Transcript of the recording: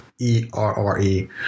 E-R-R-E